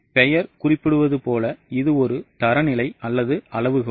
பெயர் குறிப்பிடுவது போல இது ஒரு தரநிலை அல்லது ஒரு அளவுகோல்